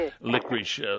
licorice